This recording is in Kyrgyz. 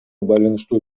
байланыштуу